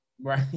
Right